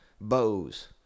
bows